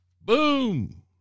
Boom